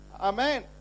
amen